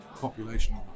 population